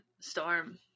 storm